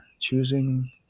choosing